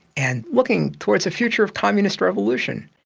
and looking towards the future of communist revolution.